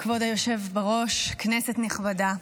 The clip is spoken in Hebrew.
כבוד היושב בראש, כנסת נכבדה,